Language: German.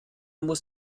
muss